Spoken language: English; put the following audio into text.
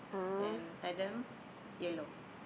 and a dam yellow